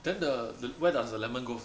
then the where does the lemon go